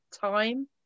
time